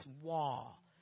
wall